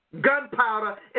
Gunpowder